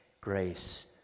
grace